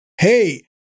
Hey